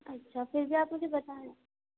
اچھا پھر جو ہے آپ مجھے بتائیں